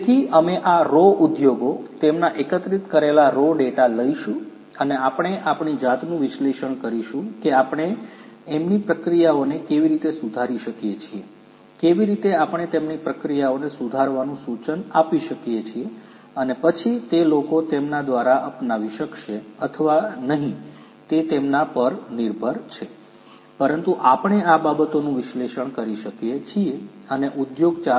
તેથી અમે આ રૉ ઉદ્યોગો તેમના એકત્રિત કરેલા રૉ ડેટા લઈશું અને આપણે આપણી જાતનું વિશ્લેષણ કરીશું કે આપણે તેમની પ્રક્રિયાઓને કેવી રીતે સુધારી શકીએ છીએ કેવી રીતે આપણે તેમની પ્રક્રિયાઓને સુધારવાનું સૂચન આપી શકીએ છીએ અને પછી તે લોકો તેમના દ્વારા અપનાવી શકશે અથવા નહિ તે તેમના પર નિર્ભર છે પરંતુ આપણે આ બાબતોનું વિશ્લેષણ કરી શકીએ છીએ અને ઉદ્યોગ 4